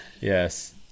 Yes